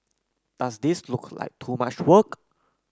does this look like too much work